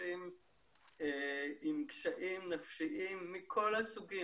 אנשים עם קשיים נפשיים מכל הסוגים,